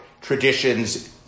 traditions